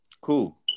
Cool